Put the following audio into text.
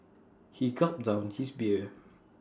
he gulped down his beer